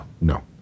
no